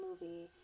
movie